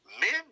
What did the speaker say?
Men